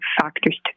factors